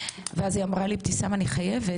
ואז היא אמרה לי אבתיסאם אני חייבת